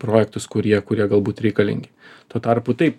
projektus kurie kurie galbūt reikalingi tuo tarpu taip